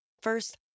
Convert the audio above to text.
First